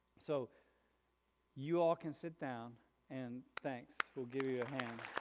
so you all can sit down and thanks we'll give you a hand.